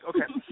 okay